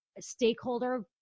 stakeholder